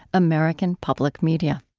american public media